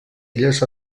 illes